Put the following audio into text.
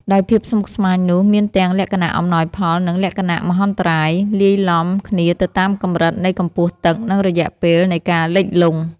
ដោយភាពស្មុគស្មាញនោះ មានទាំងលក្ខណៈអំណោយផល និងលក្ខណៈមហន្តរាយ លាយឡំគ្នាទៅតាមកម្រិតនៃកម្ពស់ទឹក និងរយៈពេលនៃការលិចលង់។